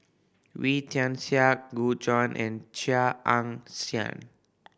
Wee Tian Siak Gu Juan and Chia Ann Siang